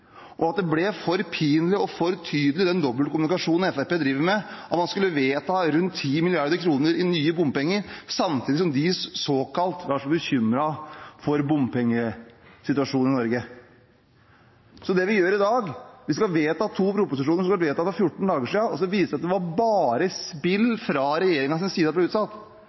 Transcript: Fremskrittspartiet driver med, ble for pinlig og for tydelig når man skulle vedta rundt 10 mrd. kr i nye bompenger samtidig som de var såkalt bekymret for bompengesituasjonen i Norge. Det vi skal gjøre i dag, er å vedta to proposisjoner som skulle blitt vedtatt for 14 dager siden – og så viser det seg at det var bare spill fra regjeringens side at de ble utsatt.